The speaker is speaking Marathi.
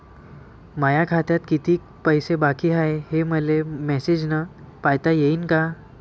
माया खात्यात कितीक पैसे बाकी हाय, हे मले मॅसेजन पायता येईन का?